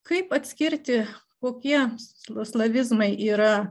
kaip atskirti kokie sla slavizmai yra